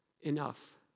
enough